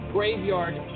Graveyard